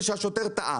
ושהשוטר טעה.